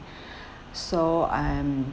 so I'm